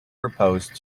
proposed